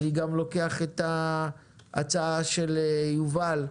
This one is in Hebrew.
אני גם לוקח את ההצעה של יובל וגנר,